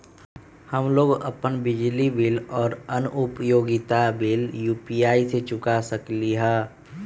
हम लोग अपन बिजली बिल और अन्य उपयोगिता बिल यू.पी.आई से चुका सकिली ह